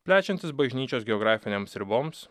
plečiantis bažnyčios geografinėms riboms